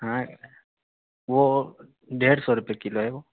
ہاں وہ ڈیڑھ سو روپے کلو ہے وہ